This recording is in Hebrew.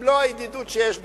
במלוא הידידות שיש בינינו,